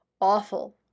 Awful